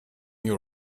your